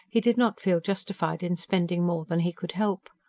he did not feel justified in spending more than he could help.